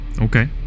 okay